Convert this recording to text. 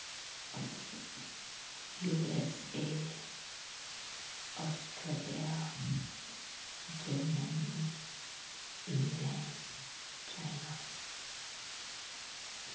USA Australia Germany England China